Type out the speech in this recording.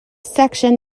section